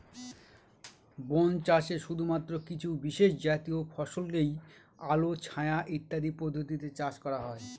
বন চাষে শুধুমাত্র কিছু বিশেষজাতীয় ফসলই আলো ছায়া ইত্যাদি পদ্ধতিতে চাষ করা হয়